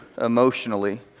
emotionally